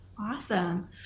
Awesome